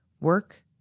work